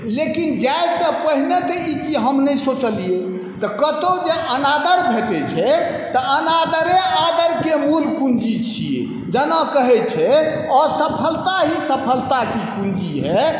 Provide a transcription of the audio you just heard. लेकिन जाइसँ पहिने तऽ ई चीज हम नहि सोचलिए तऽ कतहु जे अनादर भेटै छै तऽ अनादरे आदरके मूल पूँजी छिए जेना कहै छै असफलता ही सफलता की कुञ्जी है